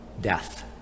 death